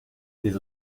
des